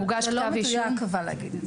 זה לא מדויק להגיד את זה.